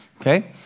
okay